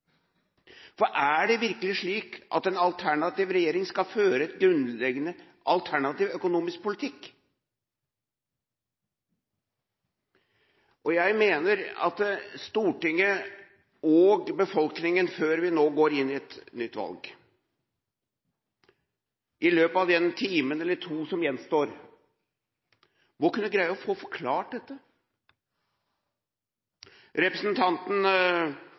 For er det virkelig slik at en alternativ regjering skal føre en grunnleggende alternativ økonomisk politikk? Jeg mener at Stortinget og befolkningen – før vi nå går inn i et nytt valg – i løpet av den timen eller to som gjenstår, må kunne få dette forklart. Representanten